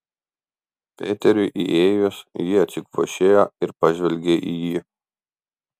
peteriui įėjus ji atsikvošėjo ir pažvelgė į jį